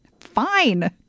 fine